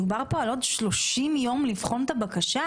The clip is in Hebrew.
מדובר פה על עוד 30 יום כדי לבחון את הבקשה.